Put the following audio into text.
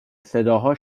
صداها